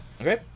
Okay